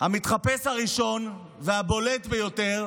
המתחפש הראשון והבולט ביותר